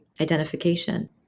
identification